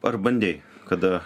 ar bandei kada